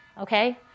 okay